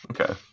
Okay